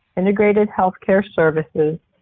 integrated health care services,